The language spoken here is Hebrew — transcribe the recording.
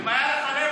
אם היה לך לב,